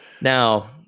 now